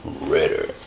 Ritter